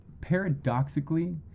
Paradoxically